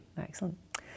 Excellent